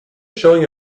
showing